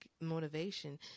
motivation